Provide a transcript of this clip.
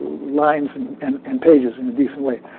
lines and and and pages in a decent way.